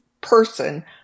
person